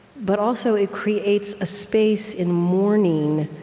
but also, it creates a space, in mourning,